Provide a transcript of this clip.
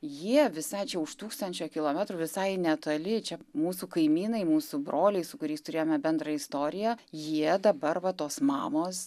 jie visai čia už tūkstančio kilometrų visai netoli čia mūsų kaimynai mūsų broliai su kuriais turėjome bendrą istoriją jie dabar va tos mamos